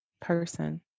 person